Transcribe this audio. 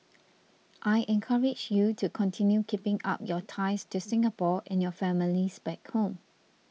I encourage you to continue keeping up your ties to Singapore and your families back home